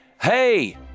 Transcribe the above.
Hey